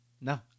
No